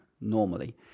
normally